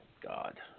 God